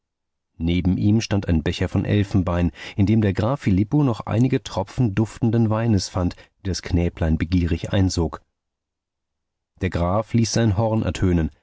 neben ihm stand ein becher von elfenbein in dem der graf filippo noch einige tropfen duftenden weines fand die das knäblein begierig einsog der graf ließ sein horn ertönen